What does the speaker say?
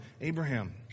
Abraham